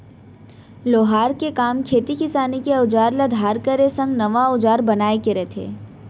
लोहार के काम खेती किसानी के अउजार ल धार करे संग नवा अउजार बनाए के रथे